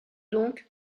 donc